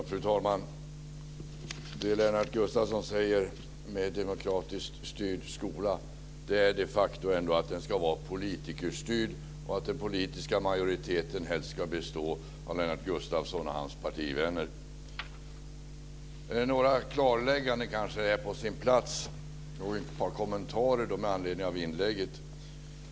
Fru talman! Det Lennart Gustavsson säger med en demokratiskt styrd skola är att den de facto ska vara politikerstyrd och att den politiska majoriteten helst ska bestå av Lennart Gustavsson och hans partivänner. Några klarlägganden är kanske på sin plats och till det ett par kommentarer med anledning av inlägget.